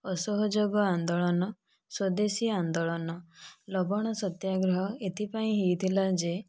ଅସହଯୋଗ ଆନ୍ଦୋଳନ ସ୍ଵଦେଶୀ ଆନ୍ଦୋଳନ ଲବଣ ସତ୍ୟାଗ୍ରହ ଏଥିପାଇଁ ହୋଇଥିଲା ଯେ